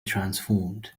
transformed